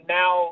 now